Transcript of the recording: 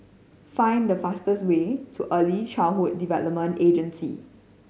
find the fastest way to Early Childhood Development Agency